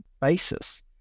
basis